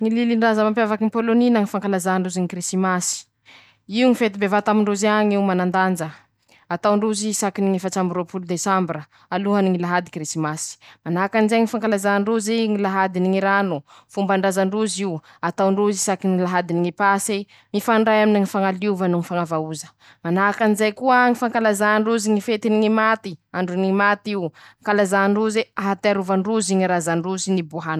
Ñy lilindraza mampiavaka any Pôlônonina: ñy fankalazà ndrozy ñy krisimasy, io ñy fety bevata amindrozy añy io manandanja, ataondrozy saky ny efats'amby ny folo desambra, alohany lahady ny ñy krisimasy, manahakan'izay ñy fankalazà ndrozy ñy lahady ny ñy rano, fombandraza ndrozy io, ataondrozy saky ny lahady ny ñy pase, mifandray aminy ñy fañaliova noho ñy fañavaoza, manahakan'izay koa ñy fankalazà ndroze ñy fetiny ñy maty, androny ñy mat'io, ankalazà ndroze ahatiarova ndroze ñy razandrozy.